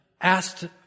asked